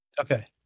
Okay